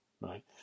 right